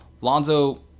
Lonzo